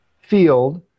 field